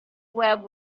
webb